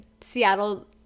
Seattle